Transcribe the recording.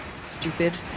Stupid